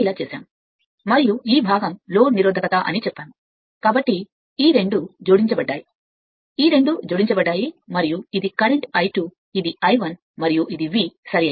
మరియు ఈ భాగం మనం ఇప్పటికే చెప్పిన లోడ్ నిరోధకత అని చెప్పాము కాబట్టి ఈ రెండు జోడించబడ్డాయి మరియు ఈ రెండు జోడించబడ్డాయి మరియు ఇది కరెంట్ I 2 పదం ఇది I 1 మరియు ఇది నా V సరైనది